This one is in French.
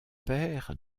père